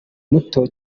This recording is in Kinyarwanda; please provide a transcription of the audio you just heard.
muto